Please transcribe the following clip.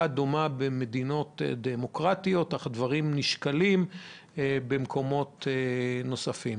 דומה במדינות דמוקרטיות אך הדברים נשקלים במקומות נוספים.